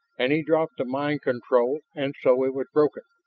and he dropped the mind control and so it was broken.